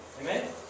Amen